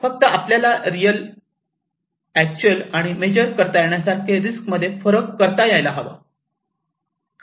फक्त आपल्याला real actual आणि मेजर करता येण्यासारख्या रिस्क मध्ये फरक करता यायला हवा